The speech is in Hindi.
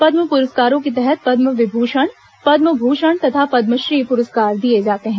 पद्म पुरस्कारों के तहत पद्म विभूषण पद्म भूषण तथा पद्मश्री पुरस्कार दिए जाते हैं